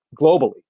globally